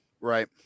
Right